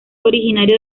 originario